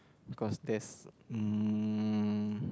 of course there's um